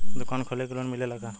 दुकान खोले के लोन मिलेला का?